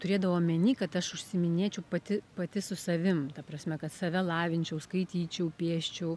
turėdavo omeny kad aš užsiiminėčiau pati pati su savim ta prasme kad save lavinčiau skaityčiau pieščiau